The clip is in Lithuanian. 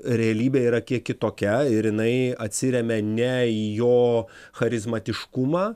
realybė yra kiek kitokia ir jinai atsiremia ne į jo charizmatiškumą